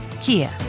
Kia